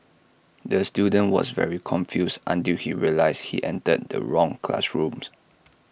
the student was very confused until he realised he entered the wrong classrooms